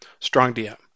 StrongDM